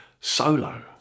solo